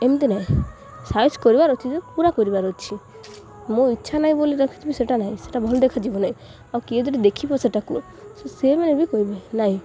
ଏମିତି ନାହିଁ ସାଇଜ୍ କରିବାର ଅଛି ଯେ ପୁରା କରିବାର ଅଛି ମୁଁ ଇଚ୍ଛା ନାହିଁ ବୋଲି ରଖିଥିବି ସେଟା ନାହିଁ ସେଟା ଭଲ ଦେଖାଯିବ ନାହିଁ ଆଉ କିଏ ଯଦି ଦେଖିବ ସେଟାକୁ ସେମାନେ ବି କହିବେ ନାହିଁ